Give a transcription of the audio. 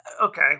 okay